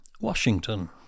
Washington